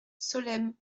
solesmes